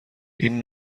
این